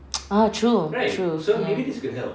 ah true true ya